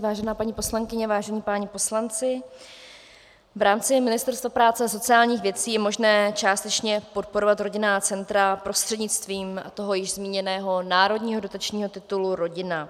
Vážená paní poslankyně, vážení páni poslanci, v rámci Ministerstva práce a sociálních věcí je možné částečně podporovat rodinná centra prostřednictvím toho již zmíněného národního dotačního titulu Rodina.